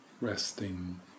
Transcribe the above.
resting